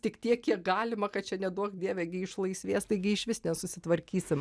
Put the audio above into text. tik tiek kiek galima kad čia neduok dieve gi išlaisvės taigi išvis nesusitvarkysim